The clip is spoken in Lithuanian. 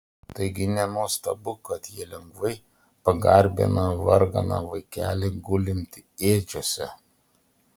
taigi nenuostabu kad jie lengvai pagarbina varganą vaikelį gulintį ėdžiose